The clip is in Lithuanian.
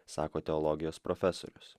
sako teologijos profesorius